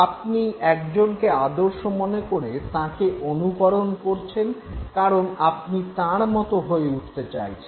আপনি একজনকে আদর্শ মনে করে তাঁকে অনুকরণ করছেন কারন আপনি তাঁর মতো হয়ে উঠতে চাইছেন